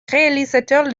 réalisateurs